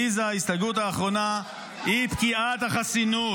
עליזה, היא פקיעת החסינות.